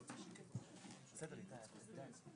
(הישיבה נפסקה